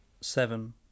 Seven